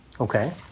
Okay